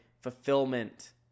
fulfillment